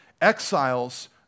Exiles